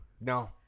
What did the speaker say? No